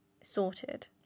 sorted